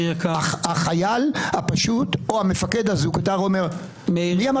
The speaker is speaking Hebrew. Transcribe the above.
החייל הפשוט או המפקד הזוטר אומר: מי אמר